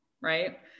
right